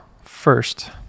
first